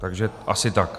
Takže asi tak.